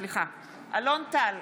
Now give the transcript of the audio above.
אלון טל,